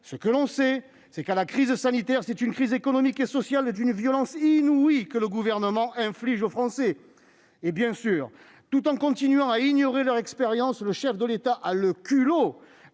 Ce que l'on sait, c'est qu'à la crise sanitaire c'est une crise économique et sociale d'une violence inouïe que le Gouvernement inflige aux Français. Et, bien sûr, tout en continuant à ignorer leur expérience, le chef de l'État a le culot